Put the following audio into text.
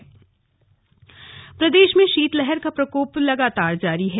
मौसम प्रदेश में शीतलहर का प्रकोप लगातार जारी है